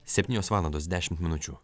septynios valandos dešimt minučių